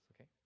okay